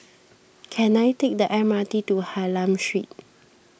can I take the M R T to Hylam Street